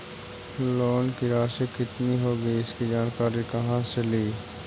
Loan की रासि कितनी होगी इसकी जानकारी कहा से ली?